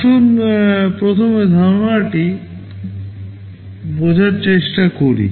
আসুন প্রথমে ধারণাটি বঝার চেষ্টা করি